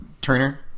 Turner